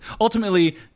ultimately